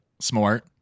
Smart